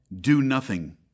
do-nothing